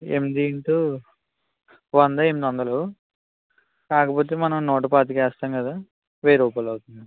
ఎనిమిది ఇంటు వంద ఎనిమిది వందలు కాకపోతే మనం నూట పాతిక వేస్తాం కదా వెయ్యి రూపాయలు అవుతుంది